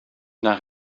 naar